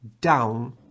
down